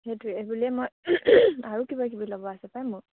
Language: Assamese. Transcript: সেইটোৱে এই বুলিয়ে মই আৰু কিবা কিবি ল'ব আছে পায় মোৰ